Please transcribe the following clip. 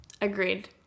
Agreed